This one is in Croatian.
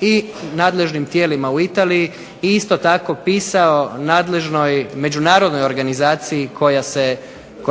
i nadležnim tijelima u Italiji, i isto tako pisao nadležnoj međunarodnoj organizaciji koja